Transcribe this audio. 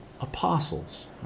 apostles